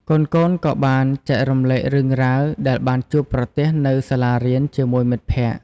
កូនៗក៏បានចែករំលែករឿងរ៉ាវដែលបានជួបប្រទះនៅសាលារៀនជាមួយមិត្តភក្តិ។